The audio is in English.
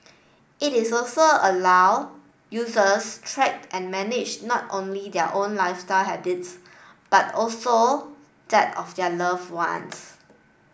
it is also allow users track and manage not only their own lifestyle habits but also that of their love ones